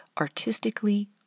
artistically